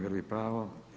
Gubi pravo.